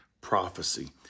Prophecy